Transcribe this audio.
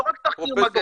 לא רק תחקיר מגעים.